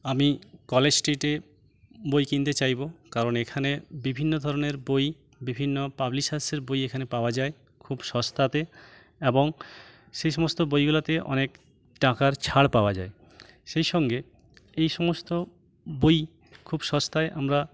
আমি কলেজ স্ট্রিটে বই কিনতে চাইবো কারণ এখানে বিভিন্ন ধরণের বই বিভিন্ন পাবলিশার্সের বই এখানে পাওয়া যায় খুব সস্তাতে এবং সেই সমস্ত বইগুলোতে অনেক টাকার ছাড় পাওয়া যায় সেই সঙ্গে এই সমস্ত বই খুব সস্তায় আমরা